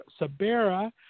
Sabera